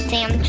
Sam